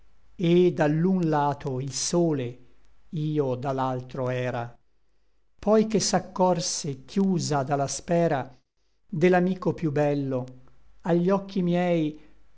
da l'un lato il sole io da l'altro era poi che s'accorse chiusa da la spera de l'amico piú bello agli occhi miei